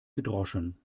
gedroschen